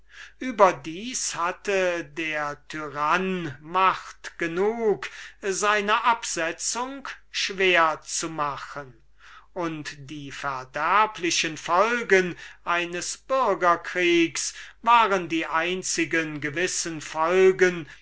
dionys hatte macht genug seine absetzung schwer zu machen und die verderblichen folgen eines bürgerkriegs waren die einzigen gewissen